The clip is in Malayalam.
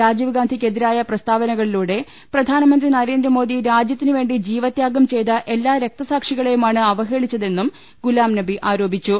രാജീവ്ഗാന്ധിക്കെതിരായ പ്രസ്താവനകളി ലൂടെ പ്രധാനമന്ത്രി നരേന്ദ്രമോദി രാജ്യത്തിന് വേണ്ടി ജീവത്യാഗം ചെയ്ത എല്ലാ രക്തസാക്ഷികളെയുമാണ് അവഹേളിച്ചതെന്നും ഗുലാംനബി ആരോപിച്ചു